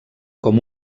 com